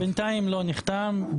בינתיים לא נחתם.